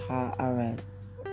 Haaretz